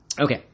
okay